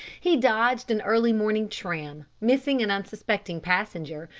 he dodged an early morning tram, missing an unsuspecting passenger,